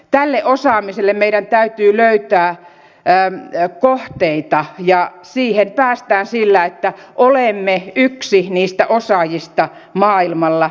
tälle osaamiselle meidän täytyy löytää kohteita ja siihen päästään sillä että olemme yksi niistä osaajista maailmalla